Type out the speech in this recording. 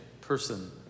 person